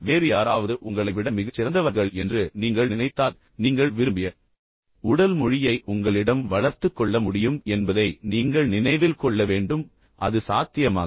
வேறு யாராவது உங்களை விட மிகச் சிறந்தவர்கள் என்று நீங்கள் நினைத்தால் நீங்கள் விரும்பிய உடல் மொழியை உங்களிடம் வளர்த்துக் கொள்ள முடியும் என்பதை நீங்கள் நினைவில் கொள்ள வேண்டும் அது சாத்தியமாகும்